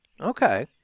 Okay